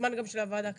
הזמן גם של הוועדה קצר.